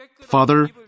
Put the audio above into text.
Father